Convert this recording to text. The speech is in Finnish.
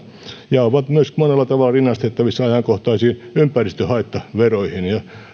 ja ovat myös monella tavalla rinnastettavissa ajankohtaisiin ympäristöhaittaveroihin